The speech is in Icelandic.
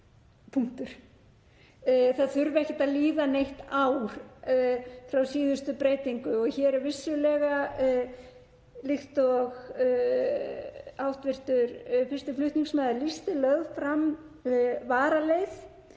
það þurfi ekki að líða neitt ár frá síðustu breytingu. Hér er vissulega, líkt og hv. fyrsti flutningsmaður lýsti, lögð fram varaleið